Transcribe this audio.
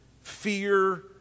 fear